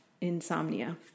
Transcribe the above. insomnia